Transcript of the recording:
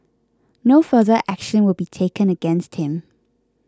no further action will be taken against him